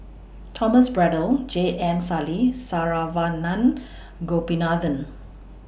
Thomas Braddell J M Sali Saravanan Gopinathan